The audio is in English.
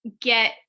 get